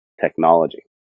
technology